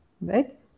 Right